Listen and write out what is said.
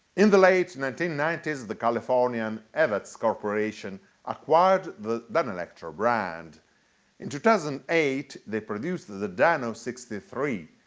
in the late nineteen ninety s, the californian evets corporation acquired the danelectro brand in two thousand and eight, they produced the the dano sixty three,